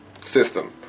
system